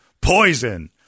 poison